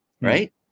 Right